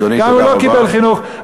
גם אם הוא לא קיבל חינוך,